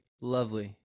lovely